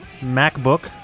MacBook